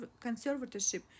conservatorship